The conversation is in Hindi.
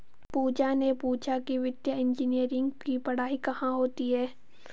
पूजा ने पूछा कि वित्तीय इंजीनियरिंग की पढ़ाई कहाँ होती है?